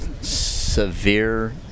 severe